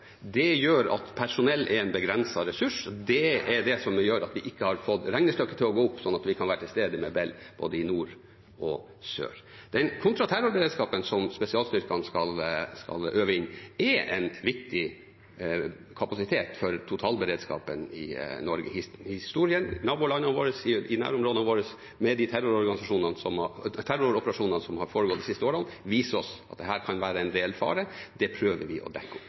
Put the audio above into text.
Det gjør at personell er en begrenset ressurs. Det er det som gjør at vi ikke har fått regnestykket til å gå opp, sånn at vi kan være til stede med Bell i både nord og sør. Den kontraterrorberedskapen som spesialstyrkene skal øve inn, er en viktig kapasitet for totalberedskapen i Norge. Historien, nabolandene våre, nærområdene våre, med de terroroperasjonene som har foregått de siste årene, viser at dette kan være en reell fare. Det prøver vi å dekke opp.